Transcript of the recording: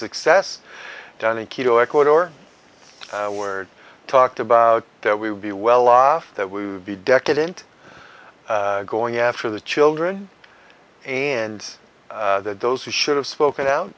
success down in quito ecuador where it talked about that we would be well off that we would be decadent going after the children and that those who should have spoken out